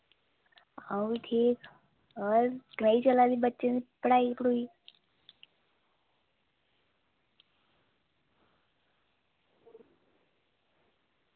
आं ठीक कनेही चला दी बच्चें दी पढ़ाई